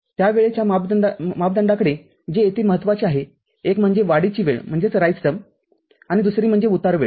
त्या वेळेच्या मापदंडांकडे जे येथे महत्वाचे आहेत एक म्हणजे वाढीची वेळ म्हणजे दुसरी म्हणजे उतार वेळ